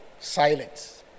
Silence